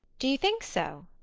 do you think so?